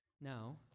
Now